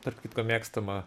tarp kitko mėgstama